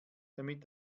damit